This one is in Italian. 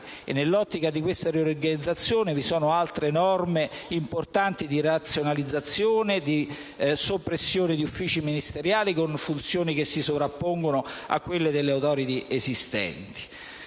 Nell'ottica di questa riorganizzazione vi sono altre norme importanti di razionalizzazione e soppressione di uffici ministeriali, con funzioni che si sovrappongono a quelle delle *Authority* esistenti.